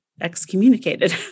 excommunicated